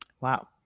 Wow